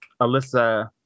Alyssa